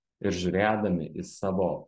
ir žiūrėdami į savo